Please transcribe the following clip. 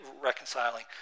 reconciling